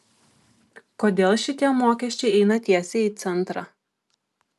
kodėl šitie mokesčiai eina tiesiai į centrą